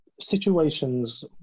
situations